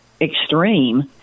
extreme